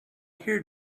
hear